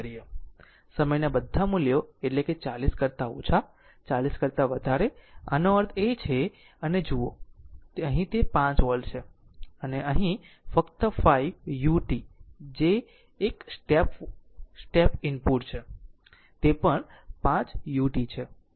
સમયનાં બધા મૂલ્યો એટલે 40 કરતાં ઓછા 40 કરતા વધારે આનો અર્થ છે અને જુઓ અહીં તે 5 વોલ્ટ છે અને અહીં ફક્ત 5 u જે એક પગલું વોલ્ટ સ્ટેપ ઇનપુટ છે તે પણ 5 u છે